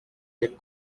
des